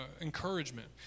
encouragement